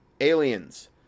aliens